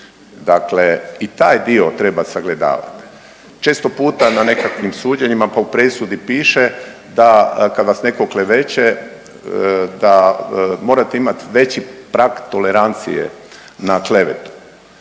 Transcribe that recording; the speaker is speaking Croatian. Dakle i taj dio treba sagledavati. Često puta na nekakvim suđenjima, pa u presudi piše da kad vas netko kleveće da morate imati veći prag tolerancije na klevetu.